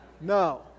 No